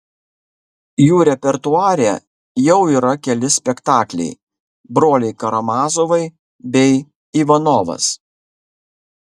jų repertuare jau yra keli spektakliai broliai karamazovai bei ivanovas